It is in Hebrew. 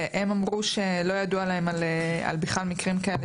והם אמרו שלא ידוע להם על בכלל מקרים כאלה